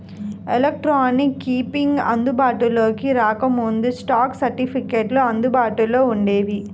electronic keeping అందుబాటులోకి రాకముందు, stock సర్టిఫికెట్లు అందుబాటులో వుండేవి